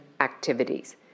activities